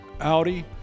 Audi